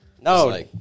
No